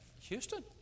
Houston